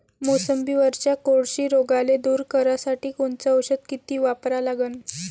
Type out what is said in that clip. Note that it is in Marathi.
मोसंबीवरच्या कोळशी रोगाले दूर करासाठी कोनचं औषध किती वापरा लागन?